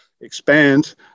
expand